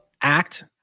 act